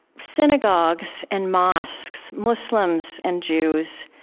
synagogues and mosques, muslims and jews,